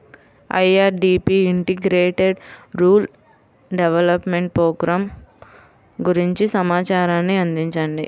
IRDP integrated rural development programme గురించి సమాచారాన్ని అందించండి?